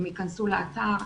הם יכנסו לאתר.